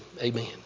amen